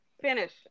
finish